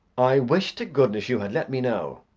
i wish to goodness you had let me know.